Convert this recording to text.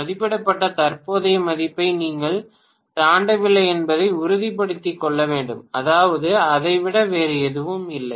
மதிப்பிடப்பட்ட தற்போதைய மதிப்பை நீங்கள் தாண்டவில்லை என்பதை உறுதிப்படுத்திக் கொள்ள வேண்டும் அதாவது அதை விட வேறு எதுவும் இல்லை